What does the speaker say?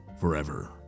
forever